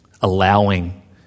allowing